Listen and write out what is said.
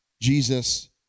Jesus